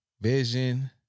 vision